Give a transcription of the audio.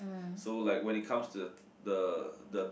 so like when it comes to the the the